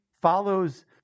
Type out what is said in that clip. follows